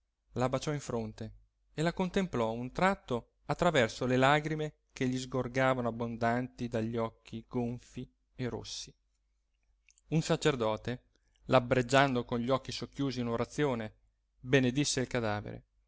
la baciò in fronte e la contemplò un tratto attraverso le lagrime che gli sgorgavano abbondanti dagli occhi gonfi e rossi un sacerdote labbreggiando con gli occhi socchiusi un'orazione benedisse il cadavere